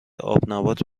آبنبات